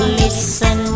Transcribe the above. listen